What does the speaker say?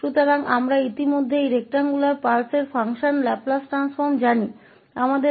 तो हम पहले से ही इस आयताकार पल्स फ़ंक्शन के लाप्लास ट्रांसफॉर्म को जानते हैं